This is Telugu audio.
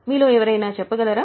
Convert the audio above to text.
మీలో ఎవరైనా చెప్పగలరా